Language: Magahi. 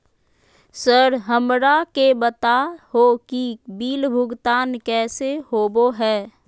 सर हमरा के बता हो कि बिल भुगतान कैसे होबो है?